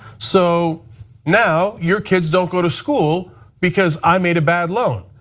so now your kids don't go to school because i made a bad loan.